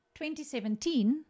2017